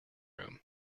room